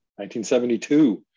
1972